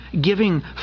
giving